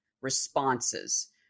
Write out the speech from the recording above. responses